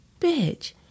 Bitch